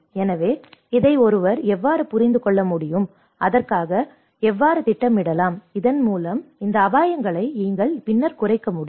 எனவே இதை ஒருவர் எவ்வாறு புரிந்து கொள்ள முடியும் அதற்காக எவ்வாறு திட்டமிடலாம் இதன் மூலம் இந்த அபாயங்களை நீங்கள் பின்னர் குறைக்க முடியும்